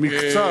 מקצת.